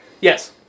Yes